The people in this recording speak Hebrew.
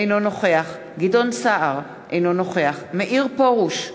אינו נוכח גדעון סער, אינו נוכח מאיר פרוש,